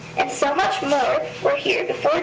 and so much more were here before